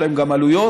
יש להן גם עלויות,